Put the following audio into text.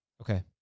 Okay